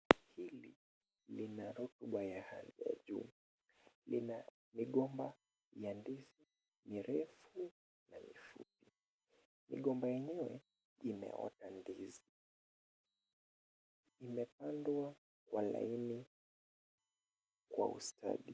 Hili lina rotuba ya hali ya juu. Lina migomba ya ndizi mirefu na mifupi. Migomba yenyewe imeota ndizi. Imepandwa kwa laini kwa ustadi.